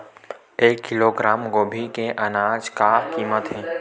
एक किलोग्राम गोभी के आज का कीमत हे?